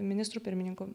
ministru pirmininku